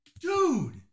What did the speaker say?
dude